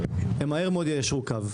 הם מהר מאוד יישרו קו.